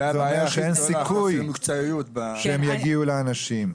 זה אומר שאין סיכוי שהם יגיעו לאנשים.